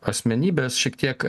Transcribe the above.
asmenybės šiek tiek